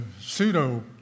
pseudo